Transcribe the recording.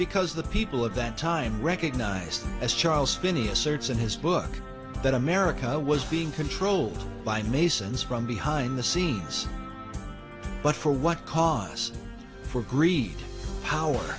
because the people of that time recognized as charles finney asserts in his book that america was being controlled by masons from behind the scenes but for what cause for greed power